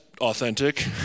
authentic